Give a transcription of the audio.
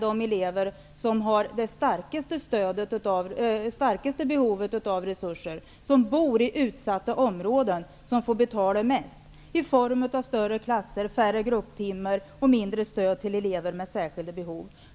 De elever som har det starkaste behovet av resurser och som bor i utsatta områden får betala mest i form av större klasser, färre grupptimmar och mindre stöd till elever med särskilda behov.